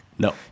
No